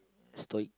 stoic